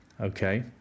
okay